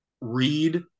read